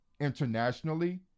internationally